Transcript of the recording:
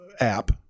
app